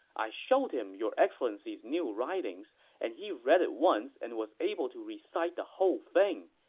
i showed him your excellency's new writings. and he read it once and was able to recite the whole thing.